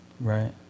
Right